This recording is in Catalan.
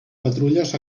patrulles